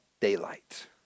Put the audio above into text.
daylight